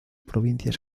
provincias